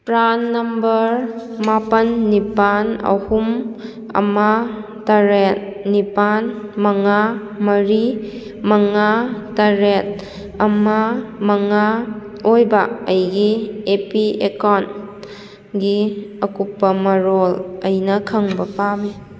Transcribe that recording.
PRAN number ꯃꯥꯄꯜ ꯅꯤꯄꯥꯜ ꯑꯍꯨꯝ ꯑꯃ ꯇꯔꯦꯠ ꯅꯤꯄꯥꯜ ꯃꯉꯥ ꯃꯔꯤ ꯃꯉꯥ ꯇꯔꯦꯠ ꯑꯃ ꯃꯉꯥ ꯑꯣꯏꯕ ꯑꯩꯒꯤ ꯑꯦ ꯄꯤ ꯑꯦꯀꯥꯎꯟꯒꯤ ꯑꯀꯨꯞꯄ ꯃꯔꯣꯜ ꯑꯩꯅ ꯈꯪꯕ ꯄꯥꯝꯏ